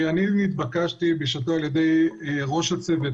בשעתו נתבקשתי על-ידי ראש הצוות,